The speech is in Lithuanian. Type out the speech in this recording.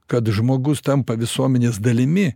kad žmogus tampa visuomenės dalimi